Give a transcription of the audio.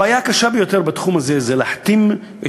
הבעיה הקשה ביותר בתחום הזה זה להחתים את